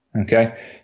okay